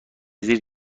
زیر